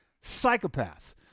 psychopath